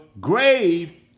grave